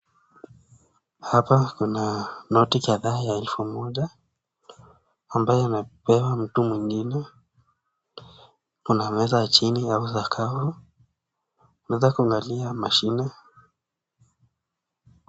Hapa kuna noti kadhaa ya elfu moja ambayo imepewa mtu mwingine. Kuna meza chini au sakafu, unaweza kuangalia mashine.